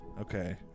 Okay